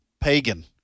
pagan